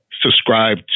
subscribe